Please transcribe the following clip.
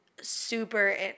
super –